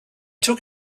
took